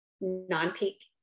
non-peak